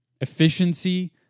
efficiency